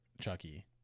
Chucky